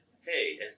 hey